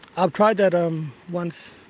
um tried that um once